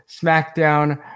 SmackDown